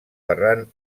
ferran